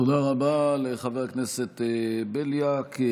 תודה רבה לחבר הכנסת בליאק,